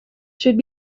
should